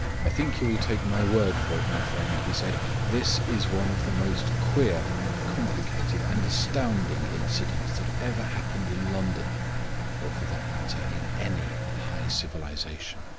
i think you will take my word for it, my friend, he said this is one of the most queer and complicated and astounding incidents that ever happened in london or, for that matter, in any high civilization.